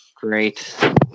Great